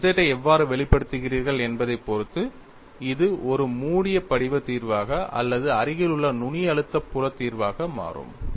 நீங்கள் Z ஐ எவ்வாறு வெளிப்படுத்துகிறீர்கள் என்பதைப் பொறுத்து இது ஒரு மூடிய படிவத் தீர்வாக அல்லது அருகிலுள்ள நுனி அழுத்த புல தீர்வாக மாறும்